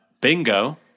bingo